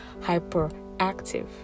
hyperactive